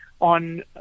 on